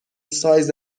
سایز